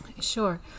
Sure